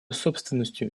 собственностью